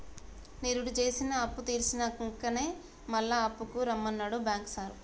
నిరుడు జేసిన అప్పుతీర్సినంకనే మళ్ల అప్పుకు రమ్మన్నడు బాంకు సారు